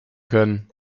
können